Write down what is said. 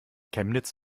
chemnitz